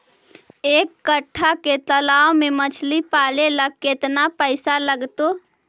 एक कट्ठा के तालाब में मछली पाले ल केतना पैसा लगतै?